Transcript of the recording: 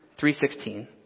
3.16